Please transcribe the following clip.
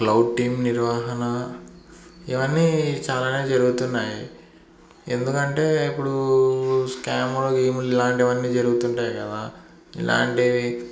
cloud team నిర్వహణ ఇవన్నీ చాలానే జరుగుతన్నాయి ఎందుకంటే ఇప్పుడు స్కా్యాములు గేములు ఇలాంటివన్నీ జరుగుతుంటాయి కదా ఇలాంటివి